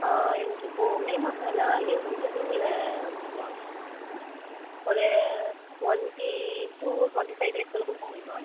எனக்கு இப்போ மே மாதம் எல்லாம் லீவ் முடிந்து ஜூன்னில் வந்துருவாங்கள் மேம் ஒரு டுவென்ட்டி டூ டுவென்ட்டி ஃபைவ் டேஸ்க்குள்ளே கொடுக்க முடியுமா